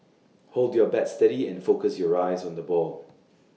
hold your bat steady and focus your eyes on the ball